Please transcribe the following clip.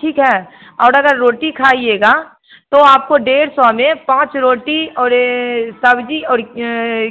ठीक है और अगर रोटी खाइएगा तो आपको डेढ़ सौ में पाँच रोटी और सब्ज़ी और